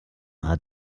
hat